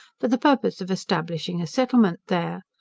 for the purpose of establishing a settlement there.